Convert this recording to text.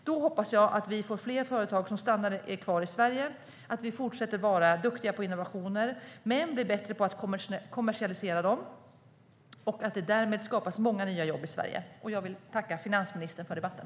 Då hoppas jag att vi får fler företag som stannar kvar i Sverige och att vi fortsätter att vara duktiga på innovationer men blir bättre på att kommersialisera dem och att det därmed skapas många nya jobb i Sverige. Jag vill tacka finansministern för debatten.